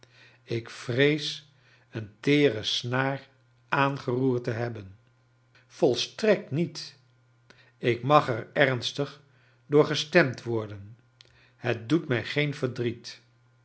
ik vrees een teere snaar aangeroerd te hebben volstrekt niet ik mag er ernstig door gestemd worden het doet mij geen verdriet